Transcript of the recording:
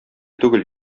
түгел